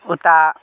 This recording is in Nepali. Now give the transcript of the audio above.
उता